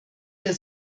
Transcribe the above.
der